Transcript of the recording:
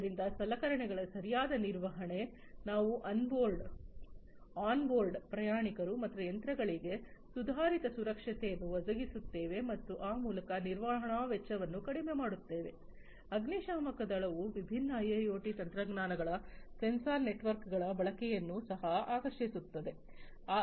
ಆದ್ದರಿಂದ ಸಲಕರಣೆಗಳ ಸರಿಯಾದ ನಿರ್ವಹಣೆ ನಾವು ಆನ್ಬೋರ್ಡ್ ಪ್ರಯಾಣಿಕರು ಮತ್ತು ಯಂತ್ರಗಳಿಗೆ ಸುಧಾರಿತ ಸುರಕ್ಷತೆಯನ್ನು ಒದಗಿಸುತ್ತೇವೆ ಮತ್ತು ಆ ಮೂಲಕ ನಿರ್ವಹಣಾ ವೆಚ್ಚವನ್ನು ಕಡಿಮೆ ಮಾಡುತ್ತೇವೆ ಅಗ್ನಿಶಾಮಕ ದಳವು ವಿಭಿನ್ನ ಐಐಒಟಿ ತಂತ್ರಜ್ಞಾನಗಳ ಸೆನ್ಸರ್ ನೆಟ್ವರ್ಕ್ಗಳ ಬಳಕೆಯನ್ನು ಸಹ ಆಕರ್ಷಿಸುತ್ತದೆ